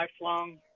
lifelong